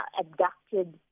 abducted